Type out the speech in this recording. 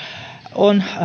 on